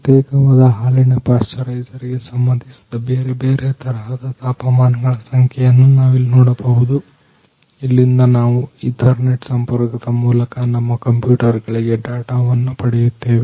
ಪ್ರತ್ಯೇಕವಾದ ಹಾಲಿನ ಪಾಶ್ಚರೈಸರ್ ಗೆ ಸಂಬಂಧಿಸಿದ ಬೇರೆ ಬೇರೆ ತರಹದ ತಾಪಮಾನಗಳ ಸಂಖ್ಯೆಯನ್ನು ನಾವಿಲ್ಲಿ ನೋಡಬಹುದು ಮತ್ತು ಇಲ್ಲಿಂದ ನಾವು ಈತರ್ನೆಟ್ ಸಂಪರ್ಕದ ಮೂಲಕ ನಮ್ಮ ಕಂಪ್ಯೂಟರ್ ಗಳಿಗೆ ಡಾಟಾವನ್ನು ಪಡೆಯುತ್ತೇವೆ